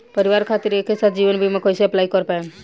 परिवार खातिर एके साथे जीवन बीमा कैसे अप्लाई कर पाएम?